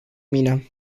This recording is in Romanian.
mine